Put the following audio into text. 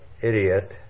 idiot